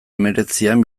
hemeretzian